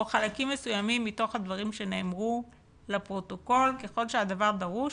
או חלקים מסוימים מתוך הדברים שנאמרו לפרוטוקול ככל שהדבר דרוש